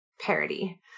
parody